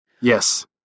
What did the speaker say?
Yes